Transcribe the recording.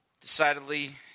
decidedly